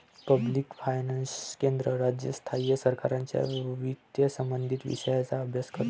public finance केंद्र, राज्य, स्थायी सरकारांच्या वित्तसंबंधित विषयांचा अभ्यास करते